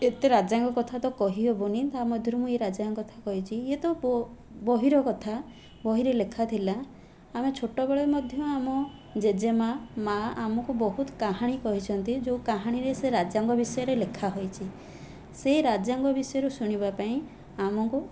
ଏତେ ରାଜାଙ୍କ କଥାତ କହି ହେବନି ତା'ମଧ୍ୟରୁ ମୁଁ ଏହି ରାଜାଙ୍କ କଥା କହିଛି ଇଏ ତ ବହିର କଥା ବହିରେ ଲେଖାଥିଲା ଆମେ ଛୋଟବେଳେ ମଧ୍ୟ ଆମ ଜେଜେମା' ମାଆ ଆମକୁ ବହୁତ କାହାଣୀ କହିଛନ୍ତି ଯେଉଁ କାହାଣୀରେ ସେ ରାଜାଙ୍କ ବିଷୟରେ ଲେଖା ହୋଇଛି ସେଇ ରାଜାଙ୍କ ବିଷୟରେ ଶୁଣିବା ପାଇଁ ଆମକୁ